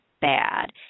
bad